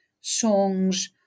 songs